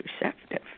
receptive